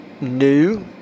new